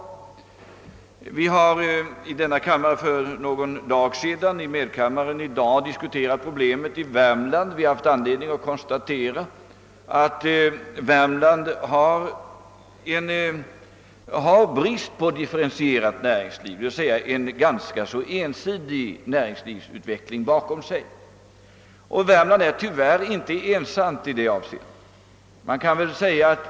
För någon dag sedan diskuterades här i kammaren problemen i Värmland, och den saken diskuteras i medkammaren i dag. Man har då haft anledning konstatera att Värmland inte äger något differentierat näringsliv; det har där skett en ganska ensidig utveckling av näringslivet. Och Värmland är tyvärr inte ensamt i det avseendet.